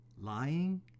lying